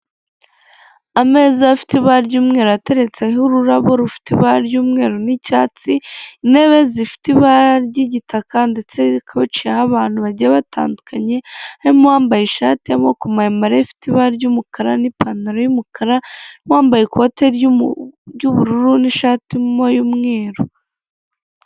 Ameza afite ibara ry'umweru ateretseho ururabo rufite ibara ry'umweru n'icyatsi, intebe zifite ibara ry'igitaka ndetse hakaba hicayeho abantu bagiye batandukanye, hari uwambaye ishati y'amaboko maremare ifite ibara ry'umukara n'ipantaro y'umukara wambaye ikote ry'ubururu n'ishati y'umweru.